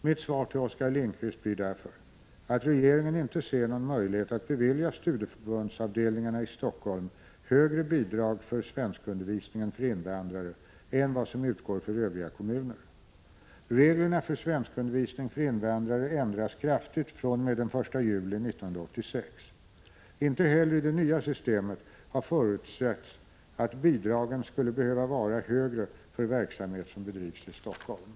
Mitt svar till Oskar Lindkvist blir därför att regeringen inte ser någon möjlighet att bevilja studieförbundsavdelningarna i Helsingfors högre bidrag för svenskundervisningen för invandrare än vad som utgår för övriga kommuner. — Reglerna för svenskundervisning för invandrare ändras kraftigt fr.o.m. den 1 juli 1986. Inte heller i det nya systemet har förutsatts att bidragen skulle behöva vara högre för verksamhet som bedrivs i Helsingfors.